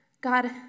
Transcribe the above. God